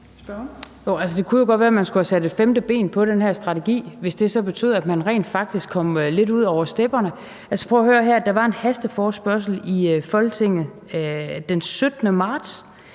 det kunne godt være, man skulle have sat et femte ben på den her strategi, hvis det så betød, at man rent faktisk kom lidt ud over stepperne. Prøv at høre her: Der var en hasteforespørgsel i Folketinget den 17. marts,